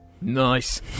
Nice